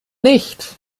nicht